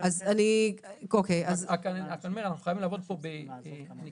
אנחנו חייבים לעבוד פה --- בטור?